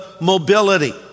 mobility